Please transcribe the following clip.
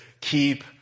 keep